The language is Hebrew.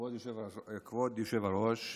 כבוד היושב-ראש,